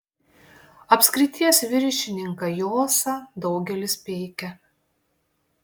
apskrities viršininką josą daugelis peikia